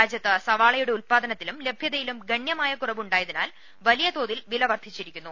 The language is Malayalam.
രാജ്യത്ത് സവാളയുടെ ഉൽപ്പാദനത്തിലും ലഭ്യതയിലും ഗണ്യമായ കുറവ് ഉണ്ടായതിനാൽ വലിയ തോതിൽ വില വർദ്ധിച്ചിരുന്നു